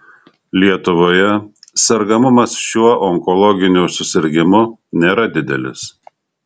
lietuvoje sergamumas šiuo onkologiniu susirgimu nėra didelis